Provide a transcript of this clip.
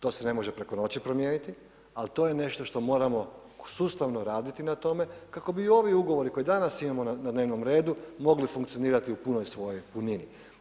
To se ne može preko noći promijeniti, ali to je nešto što moramo sustavno raditi na tome kako bi i ovi ugovori koje danas imamo na dnevnom redu mogli funkcionirati u punoj svojoj punini.